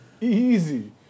Easy